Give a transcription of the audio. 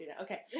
Okay